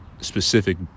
specific